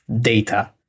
data